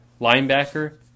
linebacker